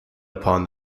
upon